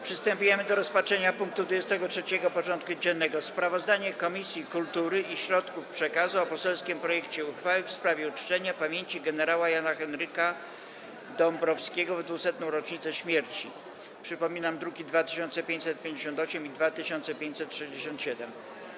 Przystępujemy do rozpatrzenia punktu 23. porządku dziennego: Sprawozdanie Komisji Kultury i Środków Przekazu o poselskim projekcie uchwały w sprawie uczczenia pamięci gen. Jana Henryka Dąbrowskiego w 200. rocznicę śmierci (druki nr 2558 i 2567)